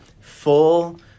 full